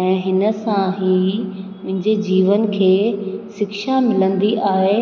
ऐं हिन सां ई मुंहिंजे जीवन खे शिक्षा मिलंदी आहे